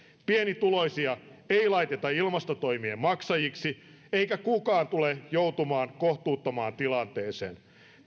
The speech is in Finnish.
pienituloisia ei laiteta ilmastotoimien maksajiksi eikä kukaan tule joutumaan kohtuuttomaan tilanteeseen